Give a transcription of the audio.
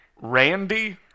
Randy